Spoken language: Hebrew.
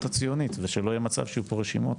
הציונית ושלא יהיה פה מצב שיהיו פה רשימות